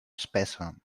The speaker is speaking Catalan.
espessa